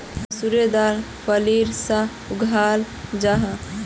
मसूरेर दाल फलीर सा उगाहल जाहा